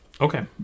Okay